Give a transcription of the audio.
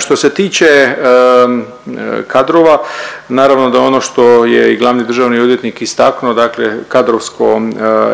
Što se tiče kadrova naravno da ono što je i glavni državni odvjetnik istaknuo, dakle kadrovsko